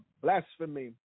blasphemy